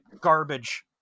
garbage